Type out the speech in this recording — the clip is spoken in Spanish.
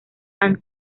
and